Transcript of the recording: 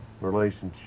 relationship